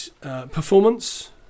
performance